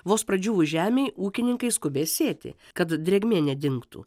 vos pradžiūvus žemei ūkininkai skubia sėti kad drėgmė nedingtų